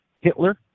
Hitler